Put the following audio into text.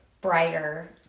brighter